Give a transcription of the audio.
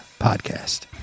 podcast